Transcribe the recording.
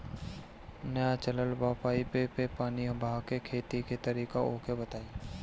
नया चलल बा पाईपे मै पानी बहाके खेती के तरीका ओके बताई?